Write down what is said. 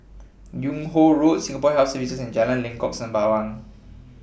Yung Ho Road Singapore Health Services and Jalan Lengkok Sembawang